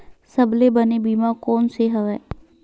सबले बने बीमा कोन से हवय?